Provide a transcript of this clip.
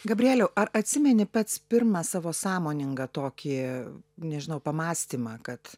gabrieliau ar atsimeni pats pirmą savo sąmoningą tokį nežinau pamąstymą kad